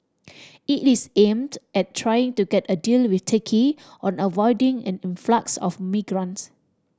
it is aimed at trying to get a deal with Turkey on avoiding an influx of migrants